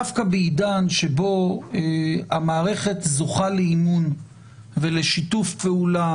דווקא בעידן שבו המערכת זוכה לאמון ולשיתוף פעולה